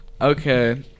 Okay